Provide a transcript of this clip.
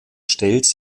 stellt